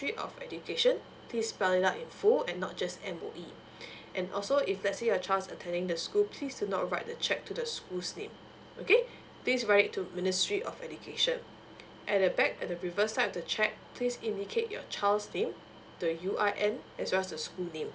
of education please spell it out in full and not just M_O_E and also if lets say your child is attending the school please do not write the check to the schools name okay please write it to ministry of education at the back at the reverse side of the cheque please indicate your child's name the U_R_N as well as the school name